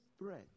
bread